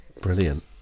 brilliant